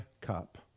cup